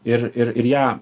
ir ir ir ją